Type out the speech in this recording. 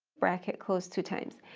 bracket close two times.